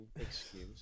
excuse